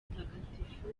mutagatifu